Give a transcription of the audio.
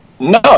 No